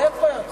איך תעצרו אותם?